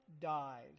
died